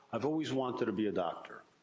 i've always wanted to be a doctor.